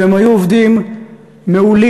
שהם היו עובדים מעולים,